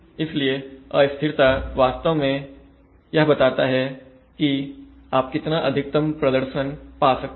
इसलिए अस्थिरता वास्तव में यह बताता है कि आप कितना अधिकतम प्रदर्शन पा सकते हैं